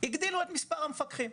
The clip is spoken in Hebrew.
הגדילו את מספר המפקחים,